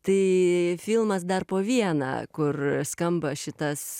tai filmas dar po vieną kur skamba šitas